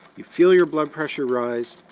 you feel your blood pressure rise,